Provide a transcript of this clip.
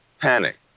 Panic